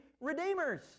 redeemers